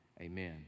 amen